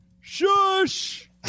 Shush